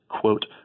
quote